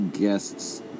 guests